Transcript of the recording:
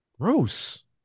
Gross